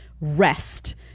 rest